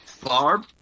Barb